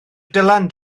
dylan